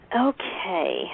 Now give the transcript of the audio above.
Okay